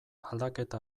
aldaketa